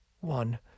one